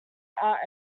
art